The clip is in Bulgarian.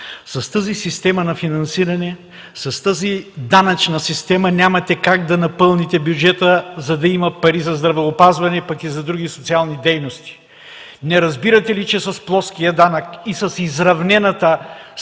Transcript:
С тази система на финансиране, с тази данъчна система няма как да напълните бюджета, за да има пари за здравеопазване, пък и за други социални дейности. Не разбирате ли, че с плоския данък и с изравнената ставка